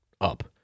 up